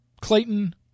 Clayton